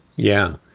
yeah,